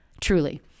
Truly